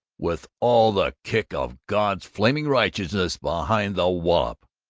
with all the kick of god's flaming righteousness behind the wallop!